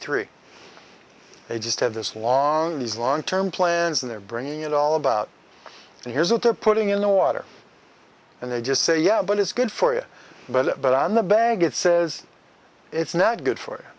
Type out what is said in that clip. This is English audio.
three they just have this long these long term plans and they're bringing it all about and here's what they're putting in the water and they just say yeah but it's good for you but it but on the bag it says it's not good for